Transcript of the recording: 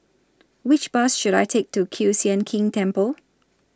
Which Bus should I Take to Kiew Sian King Temple